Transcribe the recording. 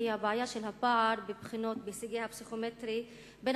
וזו הבעיה של הפער בהישגי הפסיכומטרי בין